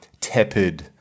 tepid